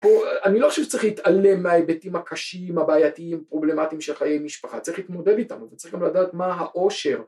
פה אני לא חושב שצריך להתעלם מההיבטים הקשים, הבעייתיים, פרובלמטיים של חיי משפחה, צריך להתמודד איתם וצריך גם לדעת מה העושר.